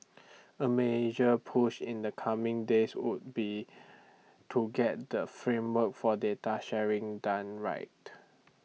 A major push in the coming days would be to get the framework for data sharing done right